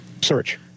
Search